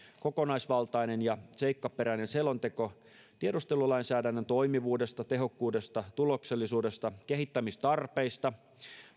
kokonaisvaltainen ja seikkaperäinen selonteko tiedustelulainsäädännön toimivuudesta tehokkuudesta tuloksellisuudesta kehittämistarpeista